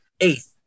eighth